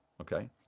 okay